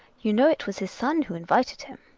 you know it was his son who invited him.